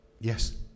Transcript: Yes